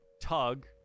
Tug